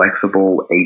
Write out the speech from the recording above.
flexible